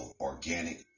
organic